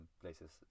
places